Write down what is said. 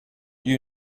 you